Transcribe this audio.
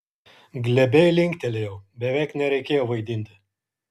glebiai linktelėjau beveik nereikėjo vaidinti